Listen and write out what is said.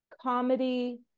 comedy